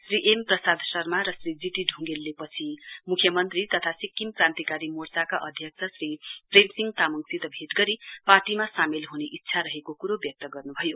Shri M Prasad Sharma र Shri G T ढुंगेलले पछि मुख्यमन्त्री तथा सिक्किम क्रान्ती कारी मेर्चाको अध्यक्ष श्री प्रेमसिंह तामाङसित भेट गरि पार्टीमा सामेल हुने इच्छा रहेको कुरो व्यक्त गर्नुभयो